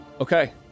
Okay